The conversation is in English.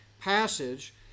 passage